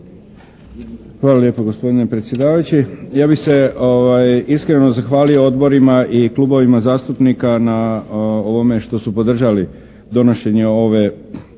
Hvala lijepo gospodine predsjedavajući. Ja bih se iskreno zahvalio odborima i klubovima zastupnika na ovome što su podržali donošenje